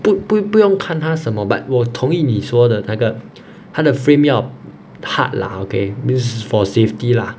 不不不用看它什么 but 我同意你说的那个它的 frame 要 hard lah okay cause for safety lah